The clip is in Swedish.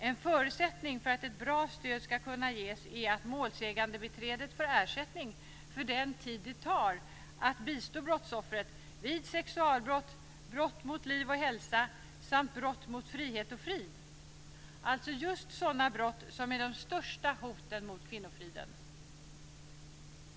En förutsättning för att ett bra stöd ska kunna ges är att målsägandebiträdet får ersättning för den tid det tar att bistå brottsoffret vid sexualbrott, brott mot liv och hälsa samt brott mot frihet och frid, alltså just sådana brott som är de största hoten mot kvinnofriden.